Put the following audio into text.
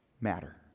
matter